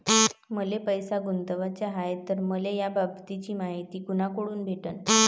मले पैसा गुंतवाचा हाय तर मले याबाबतीची मायती कुनाकडून भेटन?